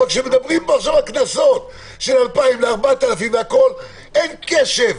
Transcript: אבל כשמדברים על העלאת הקנסות מ-2,000 שקלים ל-4,000 שקלים אין קשב,